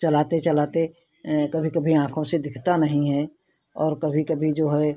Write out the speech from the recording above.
चलाते चलाते कभी कभी आँखों से दिखता नहीं है और कभी कभी जो है